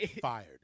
fired